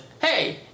hey